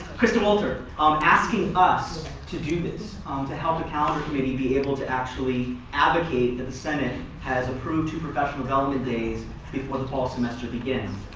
crystal walter um asking us to do this to help the calendar committee to be able to actually advocate that the senate has approved two professional development days before the fall semester begins.